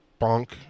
Bonk